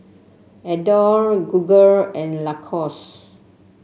Adore Google and Lacoste